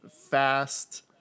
fast